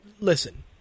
Listen